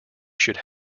should